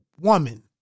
woman